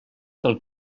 del